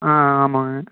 ஆமாங்க